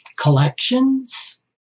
collections